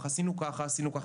עשו ככה ועשו ככה,